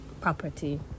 property